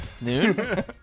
Noon